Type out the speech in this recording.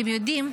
אתם יודעים,